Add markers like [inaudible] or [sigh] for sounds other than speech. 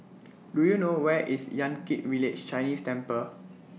[noise] Do YOU know Where IS Yan Kit Village Chinese Temple